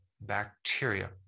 bacteria